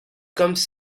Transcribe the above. comes